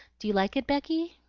do you like it, becky?